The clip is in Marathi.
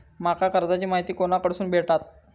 माका कर्जाची माहिती कोणाकडसून भेटात?